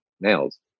nails